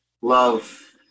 love